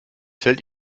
fällt